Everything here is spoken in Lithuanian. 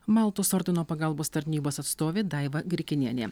maltos ordino pagalbos tarnybos atstovė daiva grikinienė